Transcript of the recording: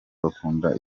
bakundaga